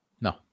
No